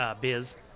Biz